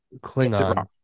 Klingon